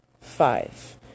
five